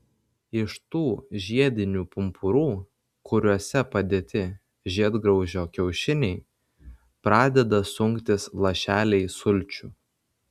iš tų žiedinių pumpurų kuriuose padėti žiedgraužio kiaušiniai pradeda sunktis lašeliai sulčių